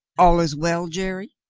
all is well, jerry?